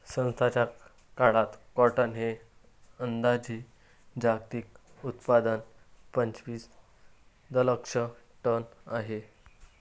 सध्याचा काळात कॉटन हे अंदाजे जागतिक उत्पादन पंचवीस दशलक्ष टन आहे